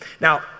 Now